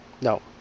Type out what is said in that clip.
No